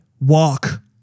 walk